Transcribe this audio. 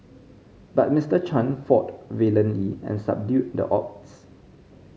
but Mister Chan fought valiantly and subdued the odds